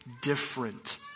different